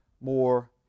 more